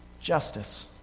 Justice